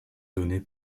donnée